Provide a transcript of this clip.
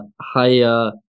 higher